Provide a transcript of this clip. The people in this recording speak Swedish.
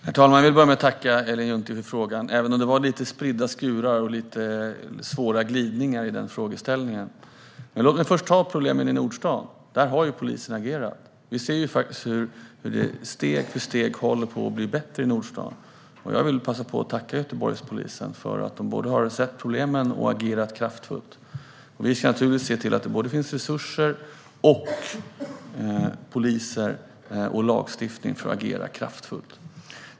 Herr talman! Jag tackar Ellen Juntti för frågan, även om det var lite av spridda skurar och svåra glidningar i frågeställningen. Låt mig börja med problemen i Nordstan. Där har polisen agerat. Vi ser faktiskt hur det steg för steg håller på att bli bättre i Nordstan. Jag vill passa på att tacka Göteborgspolisen för att den både sett problemen och agerat kraftfullt. Vi ska naturligtvis se till att det finns resurser, poliser och lagstiftning för kraftfullt agerande.